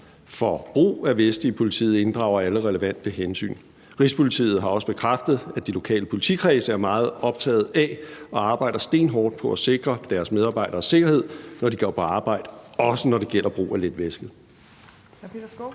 for brug af veste i politiet inddrager alle relevante hensyn. Rigspolitiet har også bekræftet, at de lokale politikredse er meget optaget af og arbejder stenhårdt på at sikre deres medarbejderes sikkerhed, når de går på arbejde – også når det gælder brug af letveste.